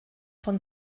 von